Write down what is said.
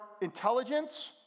intelligence